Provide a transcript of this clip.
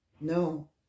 No